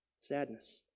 Sadness